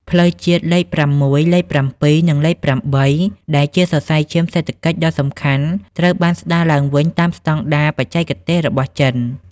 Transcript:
ផ្លូវជាតិលេខ ៦, លេខ ៧, និង លេខ ៨ ដែលជាសរសៃឈាមសេដ្ឋកិច្ចដ៏សំខាន់ ត្រូវបានស្ដារឡើងវិញតាមស្ដង់ដារបច្ចេកទេសរបស់ចិន។